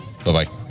Bye-bye